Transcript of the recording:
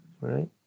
Right